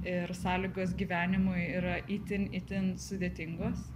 ir sąlygos gyvenimui yra itin itin sudėtingos